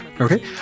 Okay